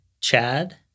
Chad